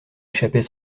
échappait